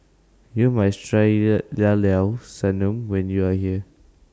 YOU must Try The Llao Llao Sanum when YOU Are here